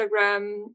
Instagram